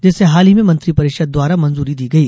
जिसे हाल में मंत्री परिषद द्वारा मंजूरी दी गई